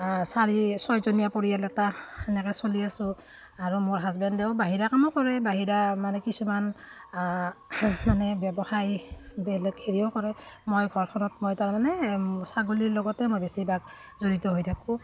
চাৰি ছয়জনীয়া পৰিয়াল এটা সেনেকৈ চলি আছো আৰু মোৰ হাজবেণ্ডেও বাহিৰা কামো কৰে বাহিৰা মানে কিছুমান মানে ব্যৱসায় বেলেগ হেৰিও কৰে মই ঘৰখনত মই তাৰমানে ছাগলীৰ লগতে মই বেছিভাগ জড়িত হৈ থাকোঁ